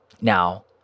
Now